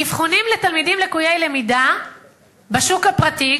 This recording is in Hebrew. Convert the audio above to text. אבחונים לתלמידים לקויי למידה בשוק הפרטי,